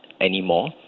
anymore